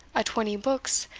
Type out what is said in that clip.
a twenty books,